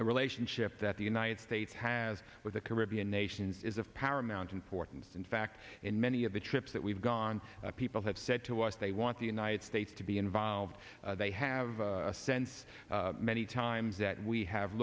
the relationship that the united states has with the caribbean nations is of paramount importance in fact in many of the trips that we've gone people have said to us they want the united states to be involved they have a sense many times that we have